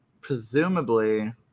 presumably